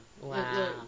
Wow